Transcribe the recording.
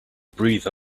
breathe